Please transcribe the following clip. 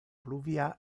pluvia